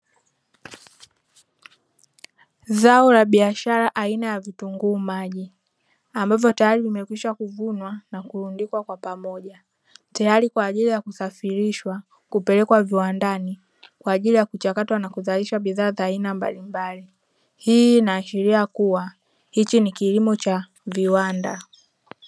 Zao la biashara aina ya vitunguu maji, ambavyo tayari vimekwisha kuvunwa na kurundikwa kwa pamoja, tayari kwa ajili ya kusafirishwa kupelekwa viwandani kwa ajili ya kuchakatwa na kuzalisha bidhaa za aina mbalimbali. Hii inaashiria kuwa hiki ni kilimo cha viwanda.